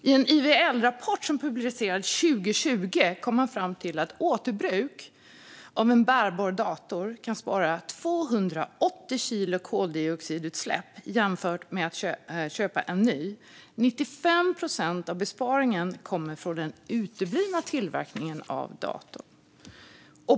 I en IVL-rapport som publicerades 2020 kom man fram till att återbruk av en bärbar dator kan spara 280 kilo koldioxidutsläpp jämfört med att köpa en ny och att 95 procent av besparingen kommer från den uteblivna tillverkningen av ny dator.